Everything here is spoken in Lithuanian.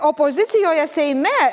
opozicijoje seime